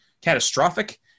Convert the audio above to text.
catastrophic